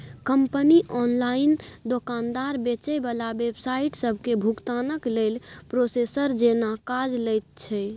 company online दोकानदार, बेचे बला वेबसाइट सबके भुगतानक लेल प्रोसेसर जेना काज लैत छै